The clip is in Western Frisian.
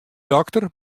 dokter